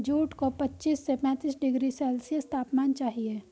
jute को पच्चीस से पैंतीस डिग्री सेल्सियस तापमान चाहिए